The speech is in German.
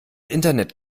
internet